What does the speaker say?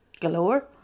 Galore